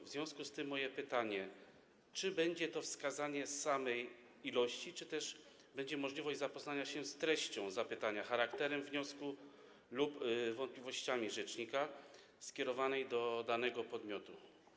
W związku z tym moje pytanie: Czy będzie to wskazanie samej ilości, czy też będzie możliwość zapoznania się z treścią zapytania, charakterem wniosku lub wątpliwościami rzecznika w odniesieniu do wystąpień skierowanych do danego podmiotu?